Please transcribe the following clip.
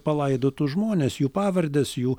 palaidotus žmones jų pavardes jų